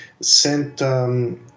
sent